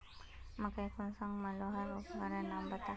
मकई कुंसम मलोहो उपकरनेर नाम बता?